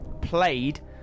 played